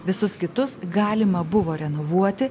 visus kitus galima buvo renovuoti